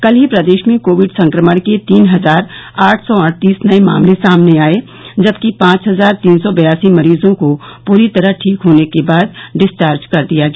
कल ही प्रदेश में कोविड संक्रमण के तीन हजार आठ सौ अड़तीस नये मामले सामने आये जबकि पांच हजार तीन सौ बयासी मरीजों को पूरी तरह ठीक होने के बाद डिस्चार्ज कर दिया गया